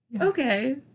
okay